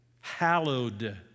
Hallowed